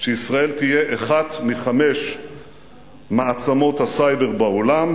שישראל תהיה אחת מחמש מעצמות הסייבר בעולם,